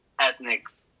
ethnics